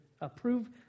approve